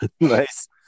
Nice